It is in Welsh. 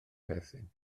perthyn